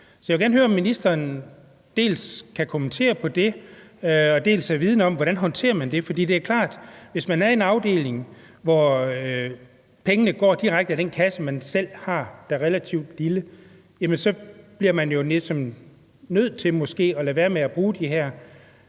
jeg vil gerne høre, om ministeren dels kan kommentere på det, dels er vidende om, hvordan man håndterer det. For det er klart, at hvis man er på en afdeling, hvor pengene går direkte af den kasse, man selv har, og som er relativt lille, så bliver man jo måske ligesom nødt til at lade være med at bruge de her